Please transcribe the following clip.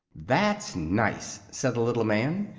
that's nice, said the little man.